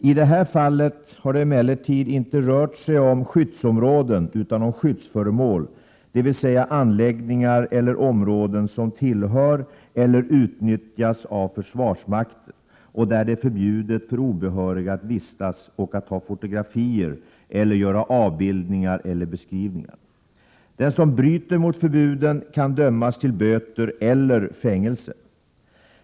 I det här fallet har det emellertid inte rört sig om skyddsområden utan om skyddsföremål, dvs. anläggningar eller områden som tillhör eller utnyttjas av försvarsmakten och där det är förbjudet för obehöriga att vistas och att ta fotografier eller göra avbildningar eller beskrivningar. Den som bryter mot förbuden kan dömas till böter eller fängelse.